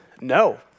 no